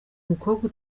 mukobwa